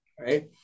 right